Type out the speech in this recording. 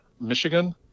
Michigan